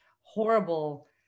horrible